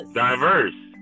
diverse